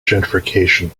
gentrification